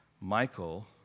Michael